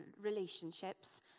relationships